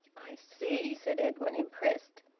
i see, said edwin, impressed,